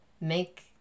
make